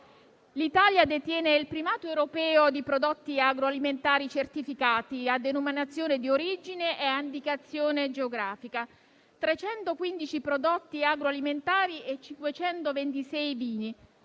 l'Italia detiene il primato europeo di prodotti agroalimentari certificati a denominazione di origine e a indicazione geografica: 315 prodotti agroalimentari e 526 vini,